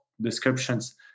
descriptions